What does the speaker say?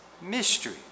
mystery